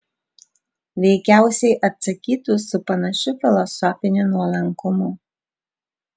veikiausiai atsakytų su panašiu filosofiniu nuolankumu